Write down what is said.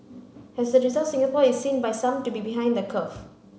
as a result Singapore is seen by some to be behind the curve